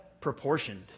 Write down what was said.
proportioned